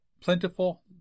plentiful